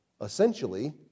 Essentially